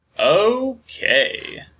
Okay